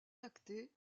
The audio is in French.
lactée